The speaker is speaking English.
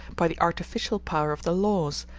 by the artificial power of the laws,